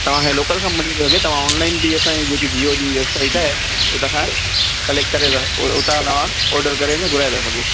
तव्हांखे local company थी लॻे तव्हां ऑनलाइन बि असांजी जेकी जियो जी वेबसाइट आहे हुतां खां कलेक्ट करे था उ उतां तव्हां ऑर्डर करे न घुराए था सघो